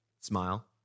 smile